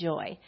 Joy